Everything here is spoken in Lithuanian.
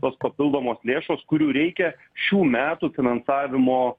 tos papildomos lėšos kurių reikia šių metų finansavimo